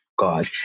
God